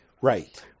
Right